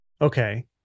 Okay